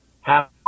half